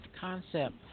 concept